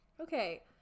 Okay